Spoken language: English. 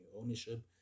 ownership